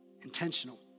Intentional